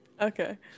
Okay